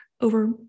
over